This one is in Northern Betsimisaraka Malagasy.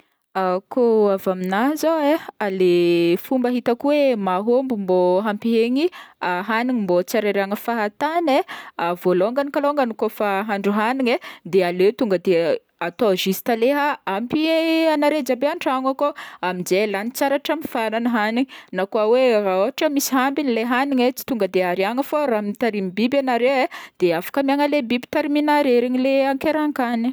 Koa avy aminah zao e, le fomba hitako hoe mahômby mbô ampihegny hagniny mba tsy hariarihagna fahatany e, vôlongany kalôngany kaofa ahandro hagniny e, de aleo tonga de atao juste leha ampy agnareo jiaby antragno akao, amjay lagny tsara hatramy faragny hagniny na koa hoe raha ôhatra hoe misy ambigny le hagniny, tsy tonga de ariàgna fô fa raha mitarimy biby agnare e de afaka amiagna le biby tariminareo regny le ankerahan-kagniny.